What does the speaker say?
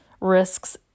risks